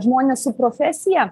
žmonės su profesija